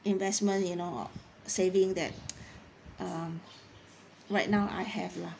um investment you know saving that um right now I have lah